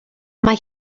mae